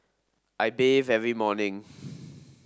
I bathe every morning